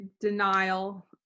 denial